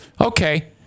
okay